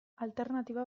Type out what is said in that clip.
alternatiba